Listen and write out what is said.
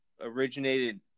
originated